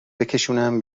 بکشونم